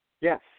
Yes